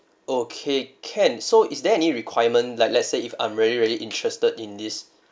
okay can so is there any requirement like let's say if I'm really really interested in this